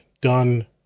done